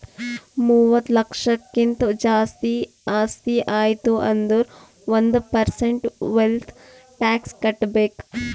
ಮೂವತ್ತ ಲಕ್ಷಕ್ಕಿಂತ್ ಜಾಸ್ತಿ ಆಸ್ತಿ ಆಯ್ತು ಅಂದುರ್ ಒಂದ್ ಪರ್ಸೆಂಟ್ ವೆಲ್ತ್ ಟ್ಯಾಕ್ಸ್ ಕಟ್ಬೇಕ್